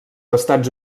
estats